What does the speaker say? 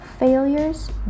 Failures